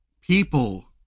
people